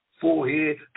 forehead